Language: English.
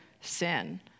sin